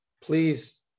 please